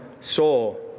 soul